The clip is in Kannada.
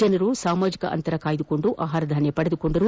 ಜನರು ಸಾಮಾಜಿಕ ಅಂತರ ಕಾಯುಕೊಂಡು ಆಹಾರಧಾನ್ಯ ಪಡೆದುಕೊಂಡರು